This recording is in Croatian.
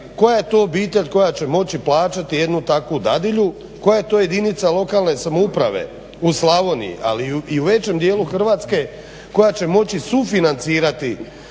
koja je to obitelj koja će moći plaćati jednu takvu dadilju? Koja to jedinica lokalne samouprave u Slavoniji ali i u većem dijelu Hrvatske koja će moći sufinancirati